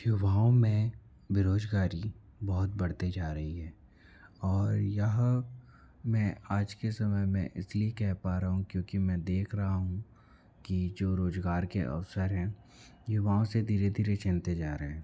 युवाओं में बेरोज़गारी बहुत बढ़ते जा रही है और यह मैं आज के समय में इसलिए कह पा रहा हूँ क्योंकि मैं देख रहा हूँ कि जो रोज़गार के अवसर हैं युवाओं से धीरे धीरे छिनते जा रहे हैं